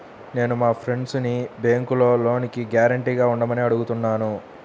నేను మా ఫ్రెండ్సుని బ్యేంకులో లోనుకి గ్యారంటీగా ఉండమని అడుగుతున్నాను